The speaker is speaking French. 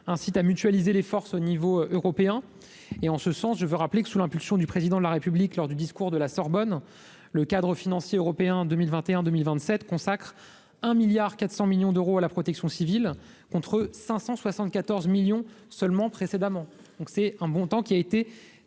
incite à mutualiser les forces au niveau européen. À ce titre, je souhaite rappeler que grâce à l'impulsion donnée par le Président de la République lors du discours de la Sorbonne, le cadre financier européen 2021-2027 consacre 1,4 milliard d'euros à la protection civile, contre 574 millions seulement précédemment. Ce montant a donc été